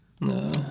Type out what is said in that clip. No